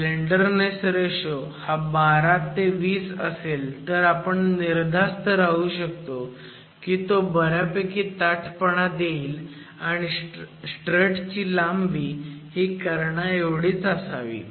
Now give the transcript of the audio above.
slenderness ratio हा 12 ते 20 असेल तर आपण निर्धास्त राहू शकतो की तो बऱ्यापैकी ताठपणा देईल आणि स्ट्रट ची लांबी ही कर्णाएव्हढीच असावी